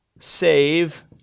Save